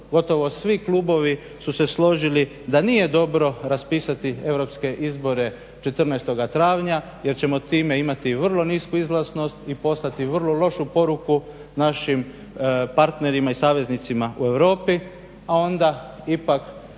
gotovo svi klubovi su se složili da nije dobro raspisati europske izbore 14. travnja jer ćemo time imati vrlo nisku izlaznost i poslati vrlo lošu poruku našim partnerima i saveznicima u Europi, a onda ipak